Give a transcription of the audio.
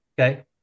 Okay